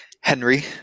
Henry